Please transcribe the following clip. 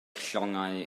llongau